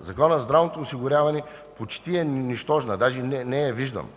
Закона за здравното осигуряване е почти нищожна, даже не я виждам.